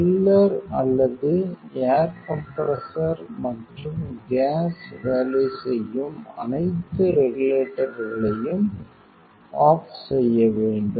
chiller அல்லது air compressor மற்றும் gas வேலை செய்யும் அனைத்து ரெகுலேட்டர்களையும் ஆஃப் செய்ய வேண்டும்